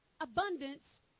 abundance